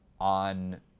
on